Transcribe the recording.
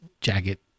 jacket